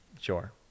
sure